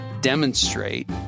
demonstrate